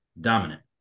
Dominant